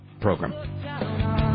Program